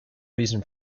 reason